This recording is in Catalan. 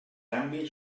canvi